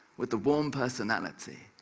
with a warm personality,